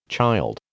Child